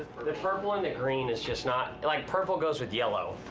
the purple and the green is just not like purple goes with yellow,